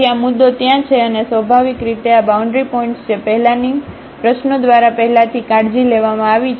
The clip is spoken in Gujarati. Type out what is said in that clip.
તેથી આ મુદ્દો ત્યાં છે અને સ્વાભાવિક રીતે આ બાઉન્ડ્રી પોઇન્ટ્સ જે પહેલાની પ્રશ્નો દ્વારા પહેલાથી કાળજી લેવામાં આવી છે